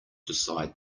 decide